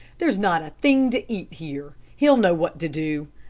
there's not a thing to eat here. he'll know what to do.